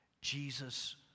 Jesus